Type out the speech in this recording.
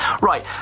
Right